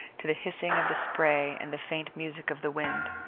to the hissing of the spray and the faint music of the wind.